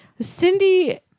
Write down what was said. Cindy